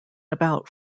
about